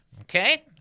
Okay